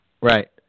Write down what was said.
Right